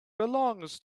belongs